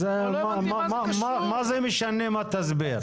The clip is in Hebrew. אז מה זה משנה מה תסביר.